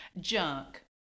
junk